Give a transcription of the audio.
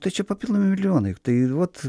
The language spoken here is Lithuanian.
tai čia papildomi milijonai tai ir vot